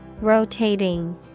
Rotating